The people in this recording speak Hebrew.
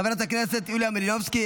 חברת הכנסת יוליה מלינובסקי,